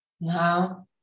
Now